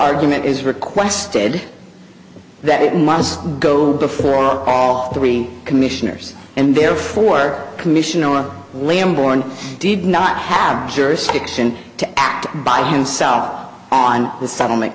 argument is requested that it must go before all three commissioners and therefore commissioner lamm board did not have jurisdiction to act by himself on the settlement